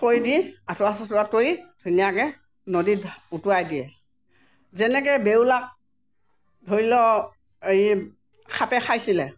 থৈ দি আঠুৱা চাঠুৱা তৰি দি ধুনীয়াকৈ নদীত উটুৱাই দিয়ে যেনেকৈ বেউলাক ধৰি লওঁক সাপে খাইছিলে